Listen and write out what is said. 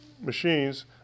machines